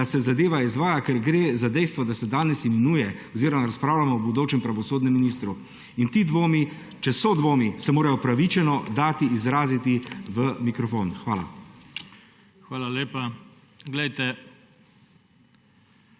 da se zadeva izvaja, ker gre za dejstva, da se danes imenuje oziroma razpravljamo o bodočem pravosodnem ministru. In ti dvomi, če so dvomi, se morajo upravičeno dati izraziti v mikrofon. Hvala. PODPREDSEDNIK